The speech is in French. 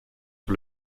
sur